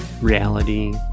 reality